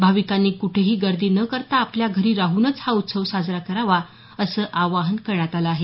भाविकांनी कुठेही गर्दी न करता आपल्या घरी राहूनच हा उत्सव साजरा करावा असं आवाहन करण्यात आल आहे